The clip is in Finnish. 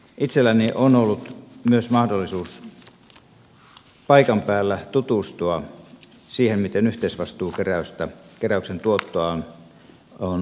itselläni on myös ollut mahdollisuus paikan päällä tutustua siihen miten yhteisvastuuke räyksen tuottoa on suunnattu